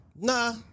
Nah